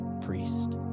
priest